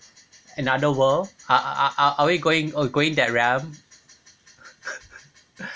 another world are are we going again that realm